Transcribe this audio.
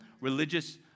religious